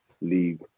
league